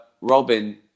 Robin